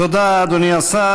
תודה, אדוני השר.